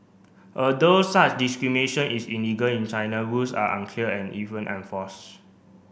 although such discrimination is illegal in China rules are unclear and even enforce